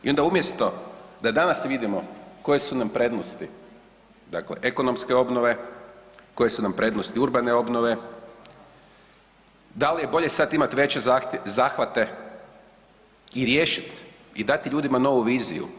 I onda umjesto da danas vidimo koje su nam prednosti, dakle ekonomske obnove, koje su nam prednosti urbane obnove, dal je bolje sad imat veće zahvate i riješit i dati ljudima novu viziju.